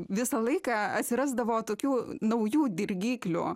visą laiką atsirasdavo tokių naujų dirgiklių